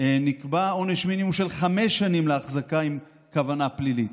נקבע עונש מינימום של חמש שנים להחזקה עם כוונה פלילית.